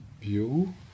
view